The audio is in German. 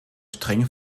streng